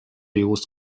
jost